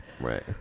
right